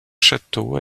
château